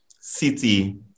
city